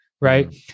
Right